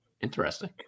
interesting